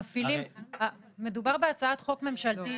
מדובר בהצעת חוק ממשלתית.